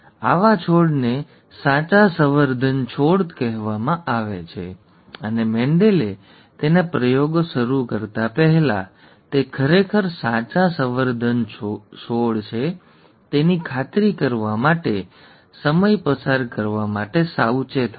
આવા છોડને સાચા સંવર્ધન છોડ કહેવામાં આવે છે અને મેન્ડેલ તેના પ્રયોગો શરૂ કરતા પહેલા તે ખરેખર સાચા સંવર્ધન છોડ છે તેની ખાતરી કરવા માટે સમય પસાર કરવા માટે સાવચેત હતા